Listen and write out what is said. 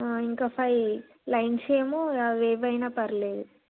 ఇంకా five lines ఏమో అవి ఏమన్నా పర్లేదు